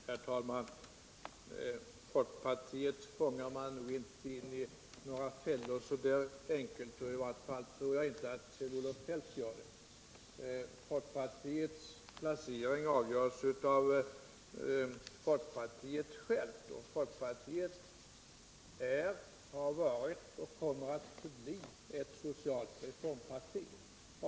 Herr talman! Folkpartiet fångar man nog inte i några fällor så där enkelt, i varje fall tror jag inte att Kjell-Olof Feldt gör det. Folkpartiets placering avgörs av folkpartiet självt. Och folkpartiet är, har varit och kommer att förbli ett socialt reformparti.